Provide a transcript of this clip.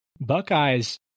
Buckeyes